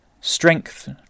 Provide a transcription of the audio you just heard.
strength